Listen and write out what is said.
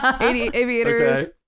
aviators